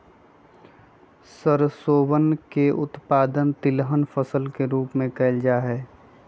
सरसोवन के उत्पादन तिलहन फसल के रूप में कइल जाहई